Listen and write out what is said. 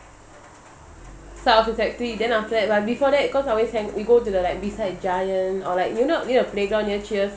start of the sec three then after that but before that cause I always hang we go to the like beside giant or like you know you know the playground near cheers